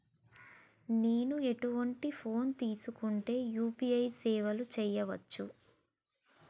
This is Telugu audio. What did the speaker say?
నేను ఎటువంటి ఫోన్ తీసుకుంటే యూ.పీ.ఐ సేవలు చేయవచ్చు?